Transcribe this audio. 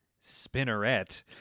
Spinnerette